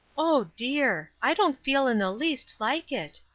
oh, dear! i don't feel in the least like it,